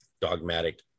dogmatic